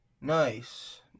nice